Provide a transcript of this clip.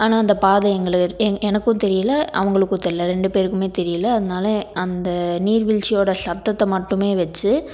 ஆனால் அந்த பாதை எங்களு எ எனக்கும் தெரியல அவங்களுக்கும் தெரியல ரெண்டு பேருக்குமே தெரியல அதனால அந்த நீர்வீழ்ச்சியோட சத்தத்த மட்டுமே வச்சு